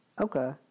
Okay